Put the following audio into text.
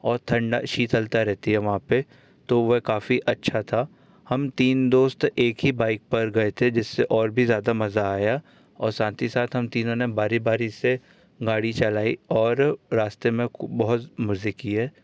और ठंडा शीतलता रहती है वहाँ पे तो वह काफ़ी अच्छा था हम तीन दोस्त एक ही बाइक पर गए थे जिससे और भी ज़्यादा मज़ा आया और साथ ही साथ हम तीनों ने बारी बारी से गाड़ी चलाई और रास्ते में खूब बहुत मज़े किए